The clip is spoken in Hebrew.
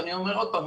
אני אומר עוד פעם,